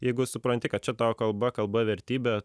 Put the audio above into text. jeigu supranti kad čia tavo kalba kalba vertybė